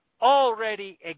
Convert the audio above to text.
already